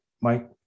Mike